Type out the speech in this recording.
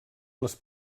les